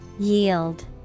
Yield